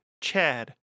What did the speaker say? Chad